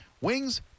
Wings